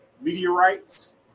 meteorites